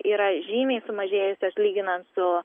yra žymiai sumažėjusios lyginant su